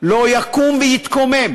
לא יקום ויתקומם,